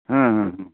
हँ हँ हँ